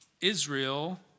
Israel